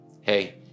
Hey